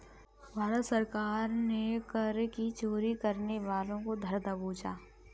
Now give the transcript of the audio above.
भारत सरकार ने कर की चोरी करने वालों को धर दबोचा